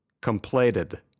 completed